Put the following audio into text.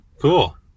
Cool